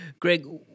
Greg